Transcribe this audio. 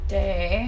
day